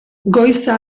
goiza